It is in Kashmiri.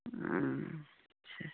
آچھا